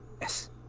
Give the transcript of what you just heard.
yes